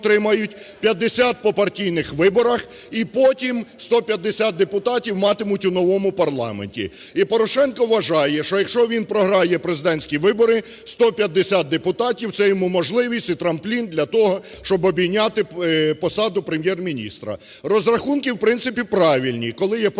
50 – по партійних виборах і потім 150 депутатів матимуть у новому парламенті. І Порошенко вважає, що якщо він програє президентські вибори, 150 депутатів – це йому можливість і трамплін для того, щоб обійняти посаду Прем’єр-міністра. Розрахунки, в принципі, правильні: коли є фракція